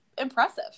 impressive